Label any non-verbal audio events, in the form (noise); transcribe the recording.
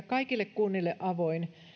(unintelligible) kaikille kunnille avoin